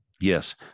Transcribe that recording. Yes